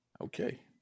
Okay